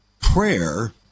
prayer